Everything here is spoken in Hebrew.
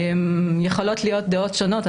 יכולות להיות דעות שונות.